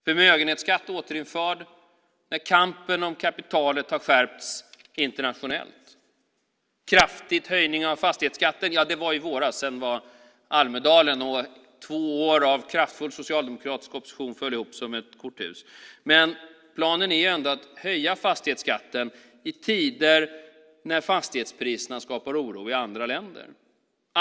Förmögenhetsskatt återinförd när kampen om kapitalet har skärpts internationellt. En kraftig höjning av fastighetsskatten: Ja, det var i våras, och efter Almedalen föll två år av kraftfull socialdemokratisk opposition ihop som ett korthus. Planen är ändå att höja fastighetsskatten, i tider när fastighetspriserna skapar oro i andra länder.